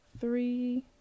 Three